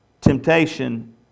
Temptation